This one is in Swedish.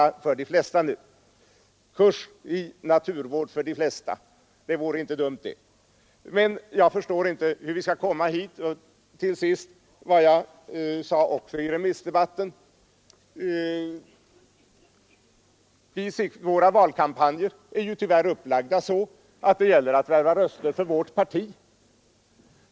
Det vore inte dumt med kurser i naturvård för de flesta, men jag Nr 51 förstår inte hur vi skall kunna komma dit. Till sist vill jag upprepa vad Torsdagen den jag sade i remissdebatten : Våra valkampanjer är tyvärr upplagda så att 28 mars 1974 det gäller att värva röster till våra partier.